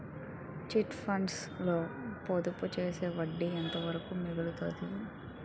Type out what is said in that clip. Chit funds లో పొదుపు చేస్తే వడ్డీ ఎంత వరకు మిగులుతుంది?